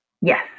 Yes